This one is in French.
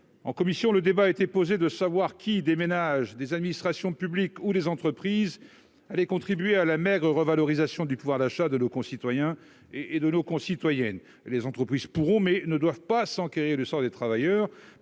en commission, le débat a été posée de savoir qui déménage des administrations publiques ou des entreprises avaient contribuer à la maigre revalorisation du pouvoir d'achat de nos concitoyens et et de nos concitoyennes, les entreprises pourront mais ne doivent pas s'enquérir du sort des travailleurs